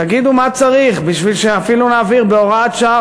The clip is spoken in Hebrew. תגידו מה צריך בשביל שאפילו נעביר בהוראת שעה,